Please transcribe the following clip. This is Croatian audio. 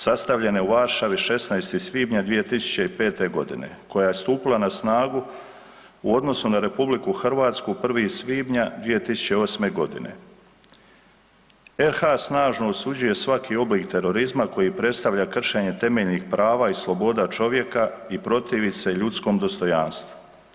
Sastavljena je u Varšavi 16. svibnja 2005. g. koja je stupila na snagu u odnosu na RH 1. svibnja 2008. g. RH snažno osuđuje svaki oblik terorizma koji predstavlja kršenje temeljnih prava i sloboda čovjeka i protivi se ljudskom dostojanstvu.